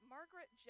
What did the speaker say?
Margaret